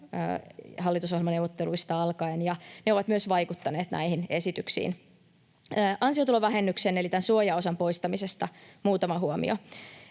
hallitusohjelmaneuvotteluista alkaen, ja ne ovat myös vaikuttaneet näihin esityksiin. Ansiotulovähennyksen eli tämän suojaosan poistamisesta muutama huomio.